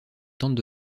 tentent